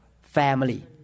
Family